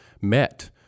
met